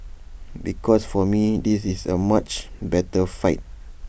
because for me this is A much better fight